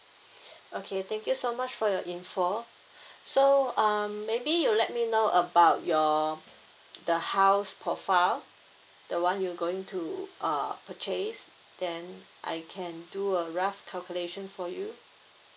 okay thank you so much for your info so um maybe you let me know about your the house profile the one you going to uh purchase then I can do a rough calculation for you